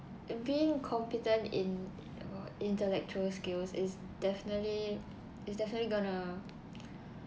being competent in uh intellectual skills is definitely it's definitely gonna